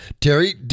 Terry